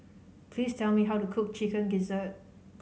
please tell me how to cook Chicken Gizzard